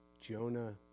Jonah